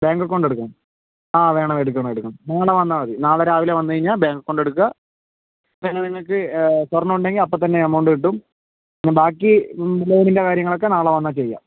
bank account എടുക്കണം വേണം എടുക്കണം എടുക്കണം ഇങ്ങോട്ട് തന്നെ വന്നാൽ മതി നാളെ രാവിലെ വന്നു കഴിഞ്ഞാല് ബാങ്ക് അക്കൗണ്ട് എടുക്കാം ഇപ്പോൾ നിങ്ങൾക്ക് സ്വർണം ഉണ്ടെങ്കിൽ അപ്പോൾ തന്നെ എമൗണ്ട് കിട്ടും ബാക്കി ലോണിൻ്റെ കാര്യങ്ങളൊക്കെ നാളെ വന്നാൽ ചെയ്യാം